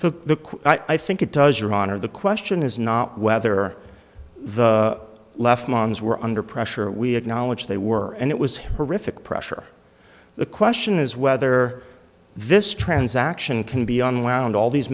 the i think it does your honor the question is not whether the left nuns were under pressure we acknowledge they were and it was horrific pressure the question is whether this transaction can be unwound all these